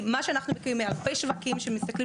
כי מה שאנחנו מכירים מהרבה שווקים שמסתכלים